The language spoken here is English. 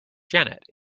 janet